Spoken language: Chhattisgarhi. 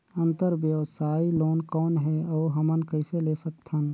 अंतरव्यवसायी लोन कौन हे? अउ हमन कइसे ले सकथन?